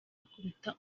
akubita